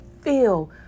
feel